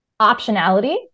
optionality